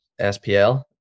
SPL